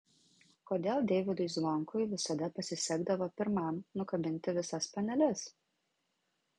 kodėl deivydui zvonkui visada pasisekdavo pirmam nukabinti visas paneles